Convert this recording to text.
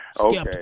okay